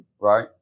right